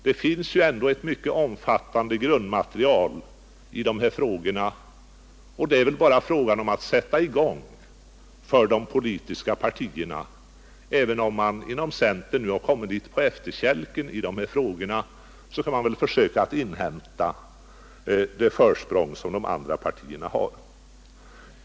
Det finns ju ändå ett mycket omfattande grundmaterial i dessa frågor, och det är väl för de politiska partierna bara att sätta i gång. Även om man inom centern nu har kommit litet grand på efterkälken i de här frågorna, kan man väl försöka inhämta det försprång som de andra partierna har.